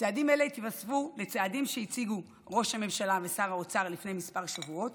צעדים אלה יתווספו לצעדים שהציגו ראש הממשלה ושר האוצר לפני כמה שבועות